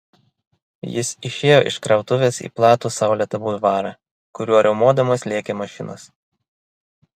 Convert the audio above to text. jis išėjo iš krautuvės į platų saulėtą bulvarą kuriuo riaumodamos lėkė mašinos